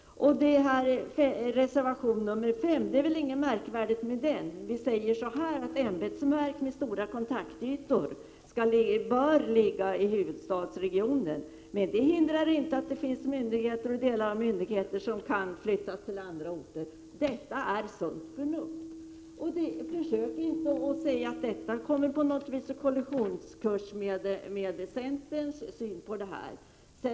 Det är inget speciellt med reservation 5. Vi säger att ett ämbetsverk med stora kontaktytor bör ligga i huvudstadsregionen men att detta inte hindrar att det finns myndigheter och delar av sådana som kan flyttas till andra orter. Detta är sunt förnuft. Försök inte säga att det på något vis kommer på kollisionskurs med centerns syn på dessa frågor!